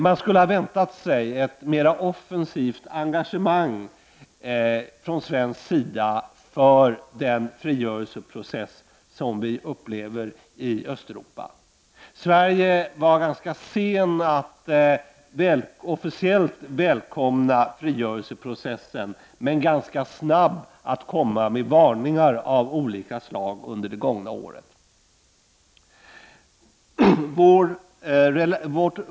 Man skulle ha väntat sig ett mera offensivt engagemang från svensk sida för den frigörelseprocess som vi upplever i Östeuropa. Sverige var ganska sent att officiellt välkomna frigörelseprocessen, men ganska snabb att komma med varningar av olika slag under det gångna året.